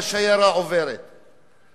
הכלבים נובחים והשיירה עוברת,